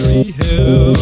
Hill